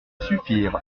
suffire